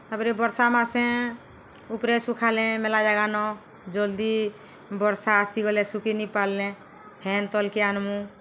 ତା'ପରେ ବର୍ଷା ମାସେ ଉପ୍ରେ ଶୁଖାଲେ ମେଲା ଜାଗାନ ଜଲ୍ଦି ବର୍ଷା ଆସିଗଲେ ଶୁଖିନି ପାର୍ଲେ ଫେନ୍ ତଲ୍କେ ଆନ୍ମୁ